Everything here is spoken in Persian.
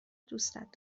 دوستت